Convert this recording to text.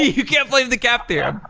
you can't blame the cap theorem.